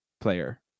player